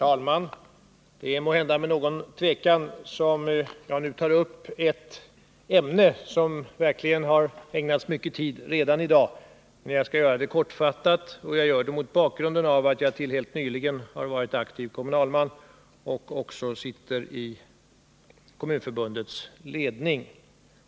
Herr talman! Måhända är det med viss tvekan som jag nu tar upp ett ämne som verkligen har ägnats mycken tid redan i debatten här i dag. Jag skall göra det kortfattat och mot bakgrunden av att jag sitter i Kommunförbundets ledning samt till helt nyligen har varit aktiv kommunalman.